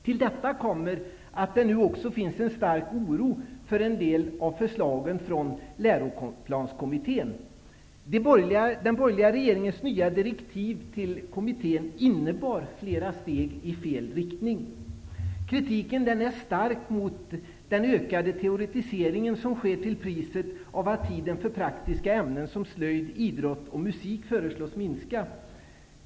Till detta kommer att det också finns en stark oro för en del av förslagen från Läroplanskommittén. Den borgerliga regeringens nya direktiv till kommittén innebar flera steg i fel riktning. Kritiken är stark mot den ökade teoretisering som sker till priset av att tiden för praktiska ämnen som slöjd, idrott och musik föreslås minska.